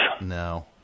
No